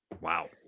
Wow